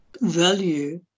value